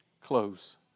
close